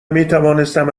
میتوانستم